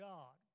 God